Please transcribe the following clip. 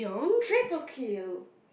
triple kill